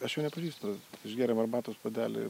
aš jo nepažįstu išgėrėm arbatos puodelį